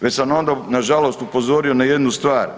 Već sam onda nažalost upozorio na jednu stvar.